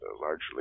largely